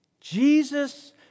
Jesus